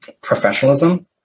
Professionalism